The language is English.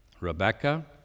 Rebecca